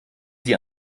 sie